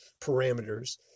parameters